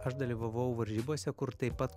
aš dalyvavau varžybose kur taip pat